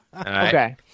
Okay